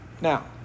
Now